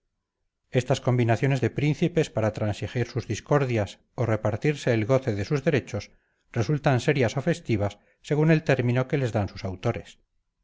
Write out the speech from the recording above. estas combinaciones de príncipes para transigir sus discordias o repartirse el goce de sus derechos resultan serias o festivas según el término que les dan sus autores